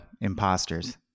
Imposters